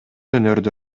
өнөрдү